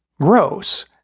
gross